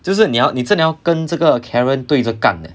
就是你要你真的要跟这个 karen 对着 gan leh